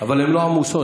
אבל הן לא עמוסות.